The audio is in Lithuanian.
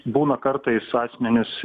būna kartais asmenys